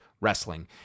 wrestling